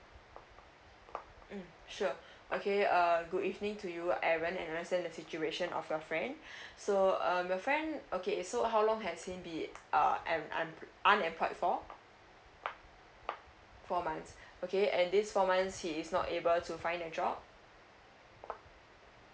mm sure okay uh good evening to you aaron understand the situation of your friend so um your friend okay so how long has he be uh un~ unemployed for four months okay and this four months he is not able to find a job